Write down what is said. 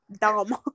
dumb